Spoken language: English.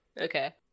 Okay